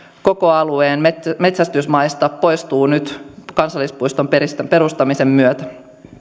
koko alueen metsästysmaista poistuu nyt kansallispuiston perustamisen myötä